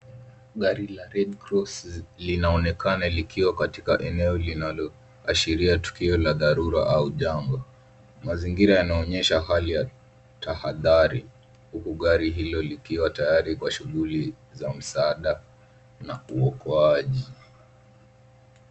Gari la Redcross linaonekana likiwa katika eneo linaloashiria tukio la dharura au jambo. Mazingira yanaonyesha hali ya tahadhari , huku gari hilo likiwa tayari kwa shughuli za msaada na kuokoaji.